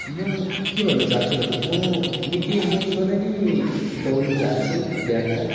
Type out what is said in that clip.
म के भन्न चाहन्छु भन्दा म निकै म सधैँ नै दौड्नु जान्छु बिहान बिहान